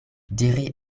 diri